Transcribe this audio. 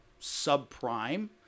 subprime